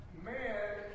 man